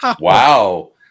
Wow